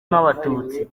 n’abatutsi